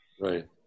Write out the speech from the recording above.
Right